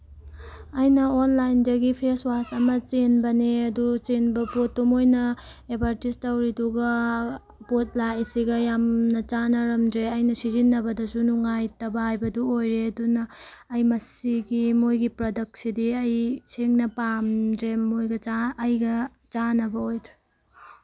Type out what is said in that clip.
ꯑꯩꯅ ꯑꯣꯟꯂꯥꯏꯟꯗꯒꯤ face wash ꯑꯃ ꯆꯦꯟꯕꯅꯦ ꯑꯗꯣ ꯆꯦꯟꯕ ꯄꯣꯠꯇꯣ ꯃꯣꯏꯅ ꯑꯦꯠꯚꯔꯇꯤꯖ ꯇꯧꯔꯤꯗꯨꯒ ꯄꯣꯠ ꯂꯥꯛꯏꯁꯤꯒ ꯌꯥꯝꯅ ꯆꯥꯟꯅꯔꯝꯗ꯭ꯔꯦ ꯑꯩꯅ ꯁꯤꯖꯤꯟꯅꯕꯗꯁꯨ ꯅꯨꯡꯉꯥꯏꯇꯕ ꯍꯥꯏꯕꯗꯣ ꯑꯣꯏꯔꯦ ꯑꯗꯨꯅ ꯑꯩ ꯃꯁꯤꯒꯤ ꯃꯣꯏꯒꯤ ꯄ꯭ꯔꯗꯛꯁꯤꯗꯤ ꯑꯩ ꯁꯦꯡꯅ ꯄꯥꯝꯗ꯭ꯔꯦ ꯃꯣꯏꯒ ꯑꯩꯒ ꯆꯥꯟꯅꯕ ꯑꯣꯏꯗ꯭ꯔꯦ